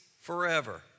forever